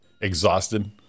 exhausted